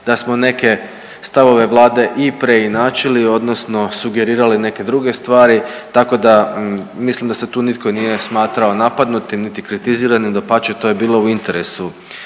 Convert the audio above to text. da smo neke stavove Vlade i preinačili, odnosno sugerirali neke druge stvari, tako da mislim da se tu nitko nije smatrao napadnutim niti kritiziranim. Dapače, to je bilo u interesu